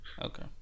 Okay